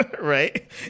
right